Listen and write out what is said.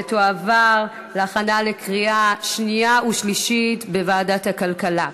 ותועבר להכנה לקריאה שנייה ושלישית בוועדת הכלכלה.